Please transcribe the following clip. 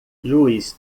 juiz